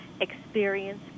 experience